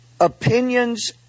opinions